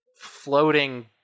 floating